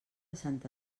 santa